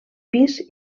pis